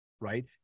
right